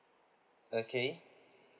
okay